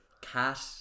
cat